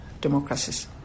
democracies